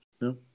No